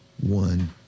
one